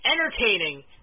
entertaining